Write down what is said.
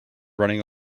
running